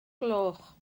gloch